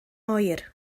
oer